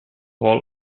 hall